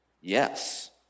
Yes